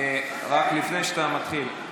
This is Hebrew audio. רק לפני שאתה מתחיל,